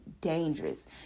dangerous